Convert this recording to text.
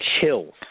chills